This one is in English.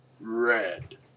Red